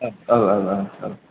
औ औ औ औ